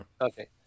okay